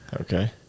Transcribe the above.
Okay